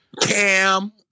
cam